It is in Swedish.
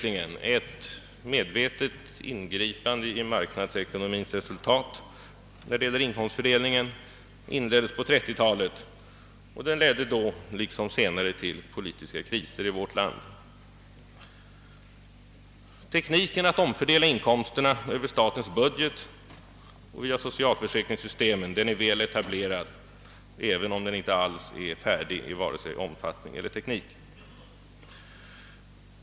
När det gäller ingrepp i inkomstfördelningen inleddes dessa på 30-talet, och de ledde då liksom senare till politiska kriser i vårt land. Tekniken att omfördela inkomsterna över statens budget och via socialförsäkringssystemet är väl etablerad, även om den inte alls är färdig vare sig i omfattning eller till sin utformning.